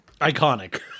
Iconic